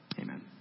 Amen